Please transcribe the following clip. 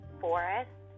forest